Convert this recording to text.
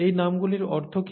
এই নামগুলির অর্থ কী